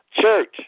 Church